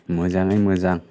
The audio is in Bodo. मोजाङै मोजां